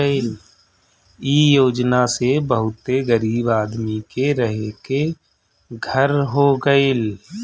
इ योजना से बहुते गरीब आदमी के रहे के घर हो गइल